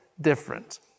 different